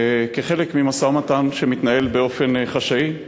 וכחלק ממשא-ומתן שמתנהל באופן חשאי,